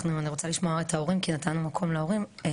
אני רוצה לשמוע את ההורים כי נתנו מקום להורים.